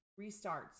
restarts